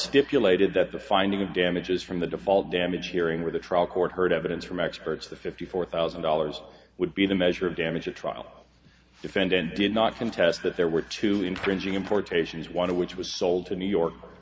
stipulated that the finding of damages from the default damage hearing where the trial court heard evidence from experts the fifty four thousand dollars would be the measure of damage a trial defendant did not contest that there were two infringing importations want to which was sold to new york